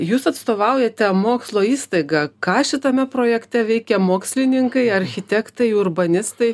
jūs atstovaujate mokslo įstaigą ką šitame projekte veikia mokslininkai architektai urbanistai